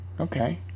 Okay